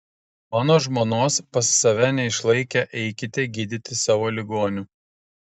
mano žmonos pas save neišlaikę eikite gydyti savo ligonių